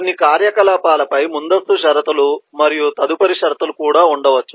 కొన్ని కార్యకలాపాలపై ముందస్తు షరతులు మరియు తదుపరి షరతులు కూడా ఉండవచ్చు